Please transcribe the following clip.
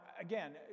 again